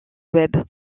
web